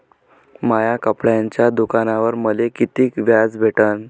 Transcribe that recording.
माया कपड्याच्या दुकानावर मले कितीक व्याज भेटन?